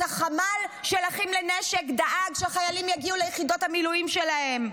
אז החמ"ל של אחים לנשק דאג שהחיילים יגיעו ליחידות המילואים שלהם.